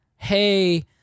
hey